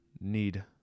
need